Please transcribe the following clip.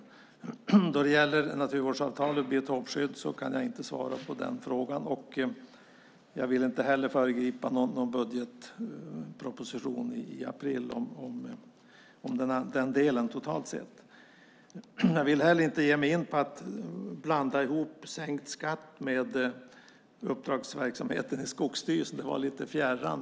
Frågan om naturvårdsavtal och biotopskydd kan jag inte svara på. Jag vill inte heller föregripa budgetpropositionen i april om den delen totalt sett. Jag vill heller inte ge mig in på att blanda ihop sänkt skatt med uppdragsverksamheten i Skogsstyrelsen. Det vore lite fjärran.